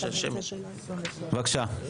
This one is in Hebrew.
בבקשה.